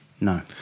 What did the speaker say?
No